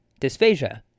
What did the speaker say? dysphagia